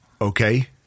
okay